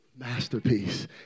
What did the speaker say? masterpiece